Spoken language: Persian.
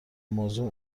موضوع